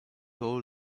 all